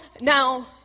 now